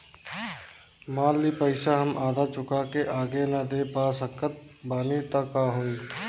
मान ली पईसा हम आधा चुका के आगे न दे पा सकत बानी त का होई?